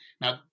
Now